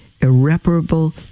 irreparable